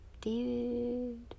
David